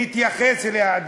נתייחס אליה,